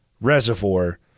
Reservoir